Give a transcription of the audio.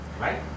right